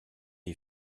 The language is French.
est